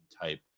type